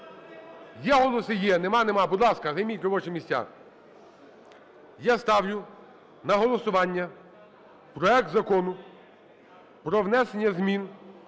Є голоси – є, нема – нема. Будь ласка, займіть робочі місця. Я ставлю на голосування проект Закону про внесення змін